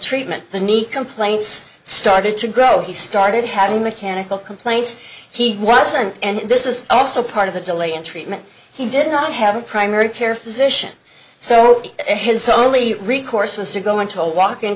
treatment the need complaints started to grow he started having mechanical complaints he wasn't and this is also part of the delay in treatment he did not have a primary care physician so his only recourse was to go into a walk in